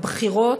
הבכירות,